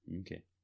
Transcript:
Okay